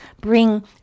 bring